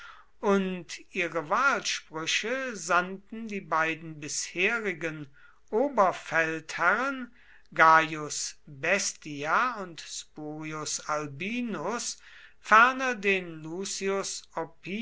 und ihre wahlsprüche sandten die beiden bisherigen oberfeldherren gaius bestia und spurius albinus ferner den